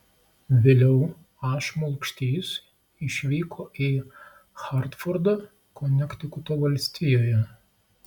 vėliau a šmulkštys išvyko į hartfordą konektikuto valstijoje